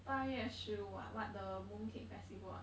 八月十五 ah what the mooncake festival ah